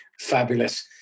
Fabulous